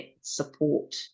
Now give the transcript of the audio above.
support